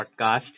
podcast